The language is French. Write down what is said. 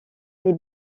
les